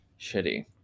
shitty